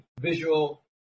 visual